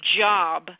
job